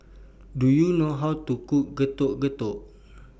Do YOU know How to Cook Getuk Getuk